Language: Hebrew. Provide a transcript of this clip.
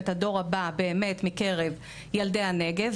את הדור הבא באמת מקרב ילדי הנגב.